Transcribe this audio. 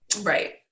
Right